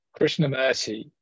krishnamurti